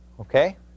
Okay